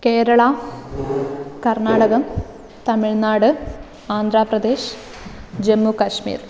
Kerala Karnataka Tamil Nadu Andhra Pradesh Jammu Kashmir